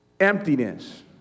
Emptiness